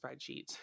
spreadsheets